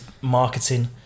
marketing